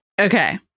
Okay